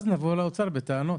אז נבוא לאוצר בטענות.